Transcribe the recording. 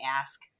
ask